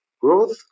growth